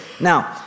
Now